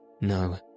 No